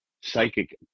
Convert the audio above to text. psychic